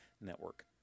Network